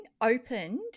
opened